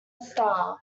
star